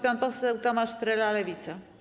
Pan poseł Tomasz Trela, Lewica.